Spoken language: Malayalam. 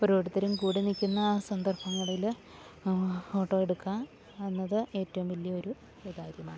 ഓരോർത്തരും കൂടി നിൽക്കുന്ന സന്ദർഭങ്ങളിൽ ഫോട്ടോയെടുക്കുക എന്നത് ഏറ്റവും വലിയൊരു ഒരു കാര്യമാണ്